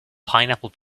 pineapple